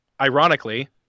ironically